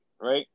Right